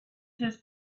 his